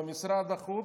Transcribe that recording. במשרד החוץ,